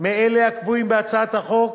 מאלו הקבועים בהצעת החוק